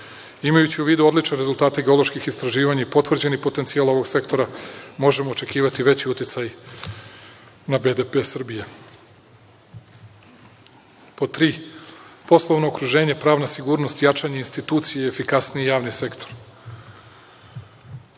opreme. Imajući u vidu odlične rezultate geoloških istraživanja i potvrđeni potencijal ovog sektora, možemo očekivati veći uticaj na BDP Srbije. Pod tri, poslovno okruženje, pravna sigurnost i jačanje institucija i efikasniji javni sektor.